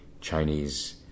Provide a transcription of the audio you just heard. Chinese